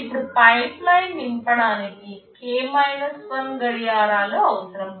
ఇప్పుడు pipeline నింపడానికి k 1 గడియారాలు అవసరం